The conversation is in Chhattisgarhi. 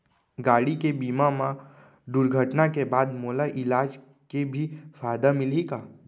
गाड़ी के बीमा मा दुर्घटना के बाद मोला इलाज के भी फायदा मिलही का?